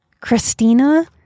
christina